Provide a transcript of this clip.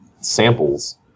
samples